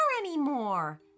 anymore